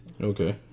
Okay